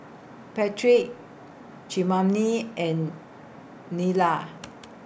Patric Tremaine and Nyla